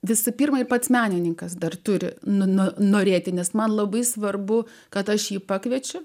visų pirma pats menininkas dar turi norėti nes man labai svarbu kad aš jį pakviečiau